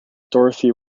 dorothy